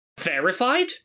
verified